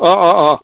অঁ অঁ অঁ